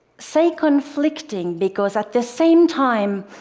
say conflicting because at the same time,